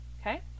Okay